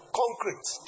concrete